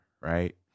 right